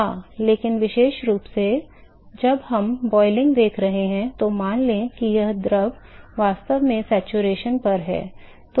हाँ लेकिन विशेष रूप से जब हम ब्वॉयलिंग देख रहे हों तो मान लें कि द्रव वास्तव में संतृप्ति पर है